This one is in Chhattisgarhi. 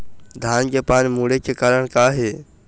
धान के पान मुड़े के कारण का हे?